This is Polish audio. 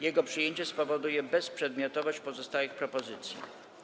Jego przyjęcie spowoduje bezprzedmiotowość pozostałych propozycji.